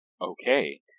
Okay